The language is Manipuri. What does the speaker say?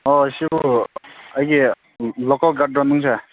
ꯑꯣ ꯁꯤꯕꯨ ꯑꯩꯒꯤ